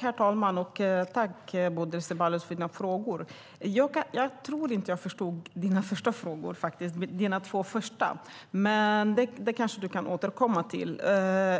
Herr talman! Tack, Bodil Ceballos, för dina frågor! Jag tror inte att jag förstod dina två första frågor, men du kanske kan återkomma till